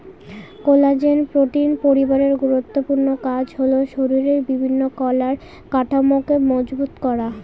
collagen protein পরিবারের গুরুত্বপূর্ণ কাজ হল শরীরের বিভিন্ন কলার কাঠামোকে মজবুত করা